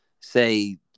say